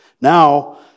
Now